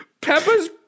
Peppa's